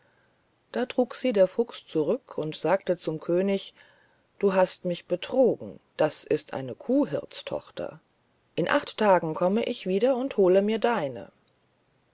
da trug sie der fuchs zurück und sagte zum könig du hast mich betrogen das ist eine kuhhirtstochter in acht tagen komm ich wieder und hol mir deine